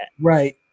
Right